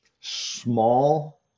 small